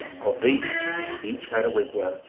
of these each had a wigwam,